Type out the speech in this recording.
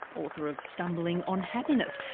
author of stumbling on happiness.